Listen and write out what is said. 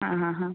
ആ ആ ആ